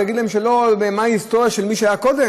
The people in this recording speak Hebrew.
תגיד להם את ההיסטוריה של מי שהיה קודם?